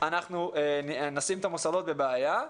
אנחנו נשים את המוסדות בבעיה.